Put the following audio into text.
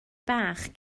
bach